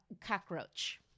cockroach